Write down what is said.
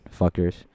fuckers